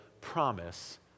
promise